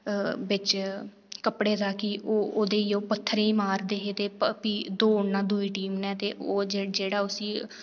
ते बिच केह् ओह् पत्थरे गी मारदे हे ते दौड़ना भी दूई टीम नै ते जेह्ड़ा भी ओह् उसी